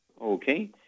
Okay